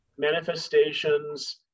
manifestations